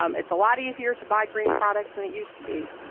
um it's a lot easier to buy green products than it used to be,